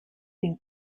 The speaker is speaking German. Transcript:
den